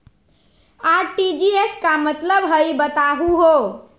RTGS के का मतलब हई, बताहु हो?